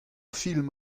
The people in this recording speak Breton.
film